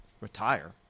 retire